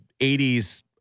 80s